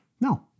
No